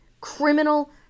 criminal